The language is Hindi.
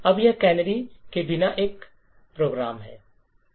अब यह कैनरी के बिना एक समारोह है